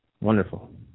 Wonderful